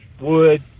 wood